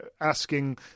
asking